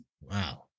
Wow